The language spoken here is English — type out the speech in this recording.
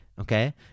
Okay